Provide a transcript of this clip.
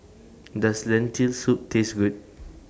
Does Lentil Soup Taste Good